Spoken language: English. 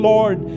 Lord